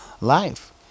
life